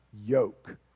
yoke